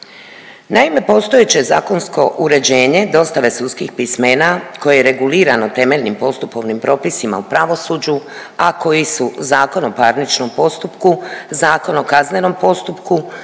Naime, postojeće zakonsko uređenje dostave sudskih pismena koje je regulirano temeljnim postupovnim propisima u pravosuđu, a koji su Zakonom o parničnom postupku, Zakon o kaznenom postupku,